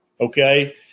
Okay